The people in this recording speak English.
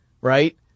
right